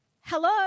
hello